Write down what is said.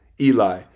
Eli